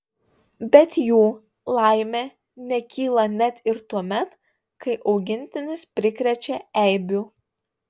bet jų laimė nekyla net ir tuomet kai augintinis prikrečia eibių